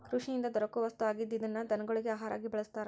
ಕೃಷಿಯಿಂದ ದೊರಕು ವಸ್ತು ಆಗಿದ್ದ ಇದನ್ನ ದನಗೊಳಗಿ ಆಹಾರಾ ಆಗಿ ಬಳಸ್ತಾರ